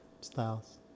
styles